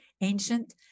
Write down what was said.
ancient